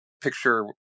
picture